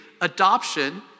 adoption